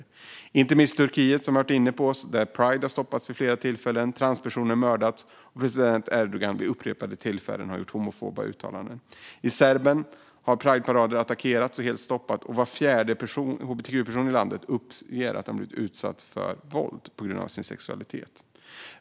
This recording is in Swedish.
Det gäller inte minst Turkiet, som vi har varit inne på, där pride har stoppats vid flera tillfällen, där transpersoner har mördats och där president Erdogan vid upprepade tillfällen har gjort homofoba uttalanden. I Serbien har prideparader attackerats eller helt stoppats, och var fjärde hbtq-person i landet uppger sig ha blivit utsatt för våld på grund av sin sexualitet.